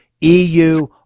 EU